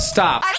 Stop